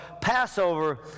Passover